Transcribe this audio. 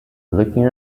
looking